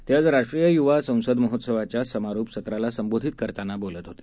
ते आज राष्ट्रीय युवा संसद महोत्सवाच्या समारोप सत्राला संबोधित करताना बोलत होते